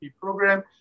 program